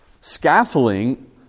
Scaffolding